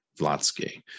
Vlatsky